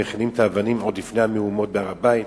מכינים את האבנים עוד לפני המהומות בהר-הבית.